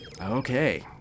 Okay